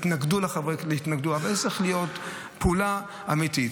יתנגדו, אבל זאת צריכה להיות פעולה אמיתית.